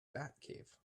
batcave